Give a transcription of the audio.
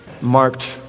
marked